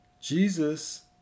Jesus